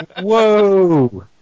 whoa